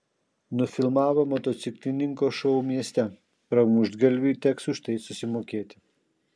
nufilmavo motociklininko šou mieste pramuštgalviui teks už tai susimokėti